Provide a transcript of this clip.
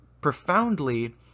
profoundly